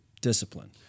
Discipline